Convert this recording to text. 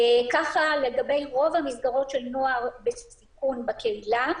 ככה לגבי רוב המסגרות של נוער בסיכון בקהילה,